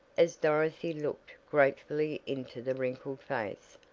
as dorothy looked gratefully into the wrinkled face.